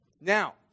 Now